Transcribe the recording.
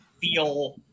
feel